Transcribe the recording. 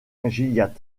gilliatt